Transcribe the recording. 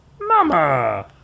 Mama